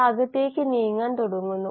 അതിനാൽ r2 minus r4 എന്നത് dBdt ആണ്